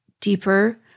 deeper